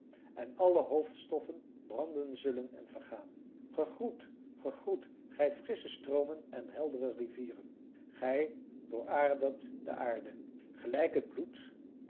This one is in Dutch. en alle hoofdstoffen branden zullen en vergaan gegroet gegroet gij frissche stroomen en heldere rivieren gij dooradert de aarde gelijk het bloed